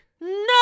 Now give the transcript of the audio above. No